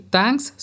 Thanks